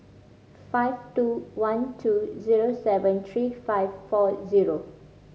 five two one two zero seven three five four zero